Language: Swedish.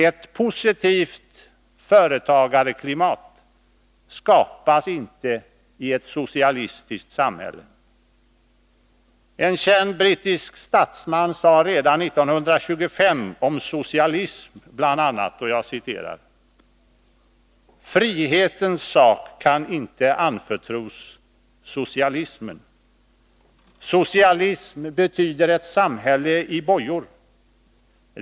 Ett positivt företagareklimat skapas inte i ett socialistiskt samhälle. En känd brittisk statsman sade redan 1925 om socialism bl.a.: ”Frihetens sak kan inte anförtros socialismen. ——— Socialism betyder ett samhälle i bojor.